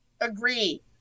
agree